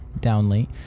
downly